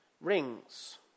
Rings